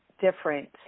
different